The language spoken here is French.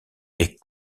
est